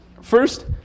First